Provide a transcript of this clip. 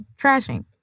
trashing